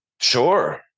Sure